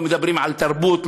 לא מדברים על תרבות,